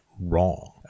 wrong